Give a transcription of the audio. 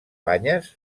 banyes